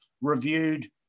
reviewed